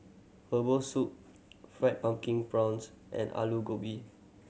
herbal soup Fried Pumpkin Prawns and Aloo Gobi